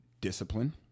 discipline